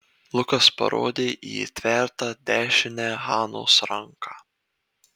lukas parodė į įtvertą dešinę hanos ranką